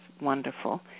wonderful